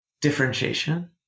differentiation